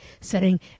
setting